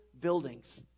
buildings